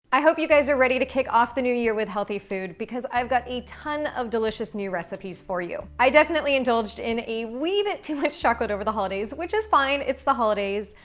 i hope you guys are ready to kick off the new year with healthy food because i've got a ton of delicious new recipes for you. i definitely indulged in a wee bit too much chocolate over the holidays, which is fine, it's the holidays.